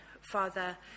Father